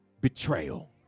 betrayal